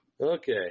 Okay